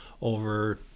over